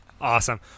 Awesome